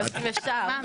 אם אפשר.